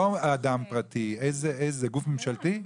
לא אדם פרטי, זה גוף ממשלתי?